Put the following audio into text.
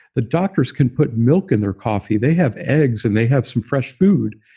the doctors can put milk in their coffee. they have eggs. and they have some fresh food,